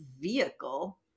vehicle